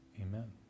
Amen